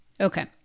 Okay